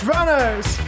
Runners